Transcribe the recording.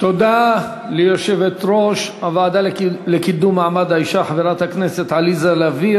תודה ליושבת-ראש הוועדה לקידום מעמד האישה חברת הכנסת עליזה לביא.